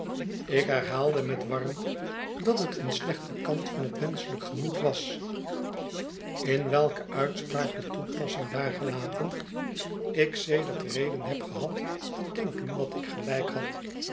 ik herhaalde met warmte dat het een slechte kant van het menschelijk gemoed was in welke uitspraak de toepassing daar gelaten ik sedert reden heb gehad te denken dat ik gelijk had